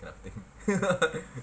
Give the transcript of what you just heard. kind of thing